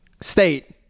state